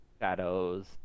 shadows